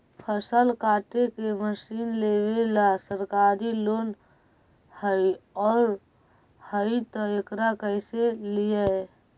फसल काटे के मशीन लेबेला सरकारी लोन हई और हई त एकरा कैसे लियै?